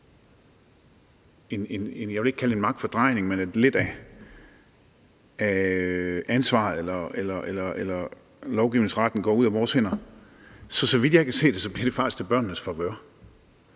jeg vil ikke kalde det en magtfordrejning, men at lidt af ansvaret eller lovgivningsretten går ud af vores hænder, bliver det faktisk, så vidt jeg kan se det, til børnenes favør,